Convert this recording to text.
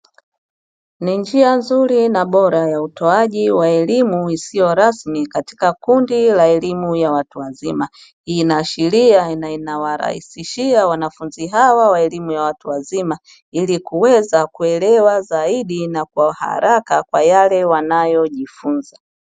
Ni njia nzuri na bora ya utoaji wa elimu na isiyo rasmi katika kundi la elimu la watu wazima, hii inaashiria n ina warahisishia wanafunzi hawa wa elimu ya watu wazima, ili kuweza kuelewa zaidi na kwa haraka yale wanayo jifunza.